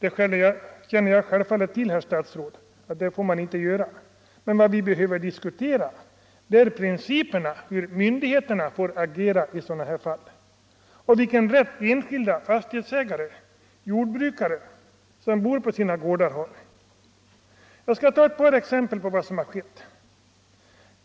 89 Jag känner givetvis till, herr statsråd, att vi inte får göra det. Men vad vi behöver diskutera är principerna för hur myndigheterna får agera i sådana här fall och vilken rätt enskilda fastighetsägare-jordbrukare, som bor på sina gårdar, har. Jag skall anföra ett par exempel på vad som skett.